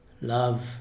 love